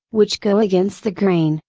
which go against the grain,